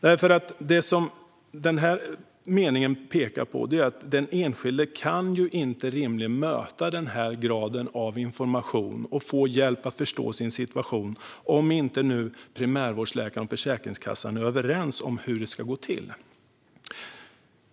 Denna mening pekar nämligen på att den enskilde inte rimligen kan möta denna grad av information och få hjälp att förstå sin situation om primärvårdsläkaren och Försäkringskassan inte är överens om hur det ska gå till.